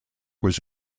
was